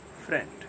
Friend